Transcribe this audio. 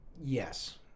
Yes